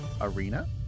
Arena